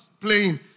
playing